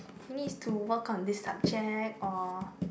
he needs to work on this subject or